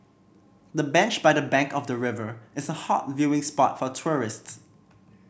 the bench by the bank of the river is a hot viewing spot for tourists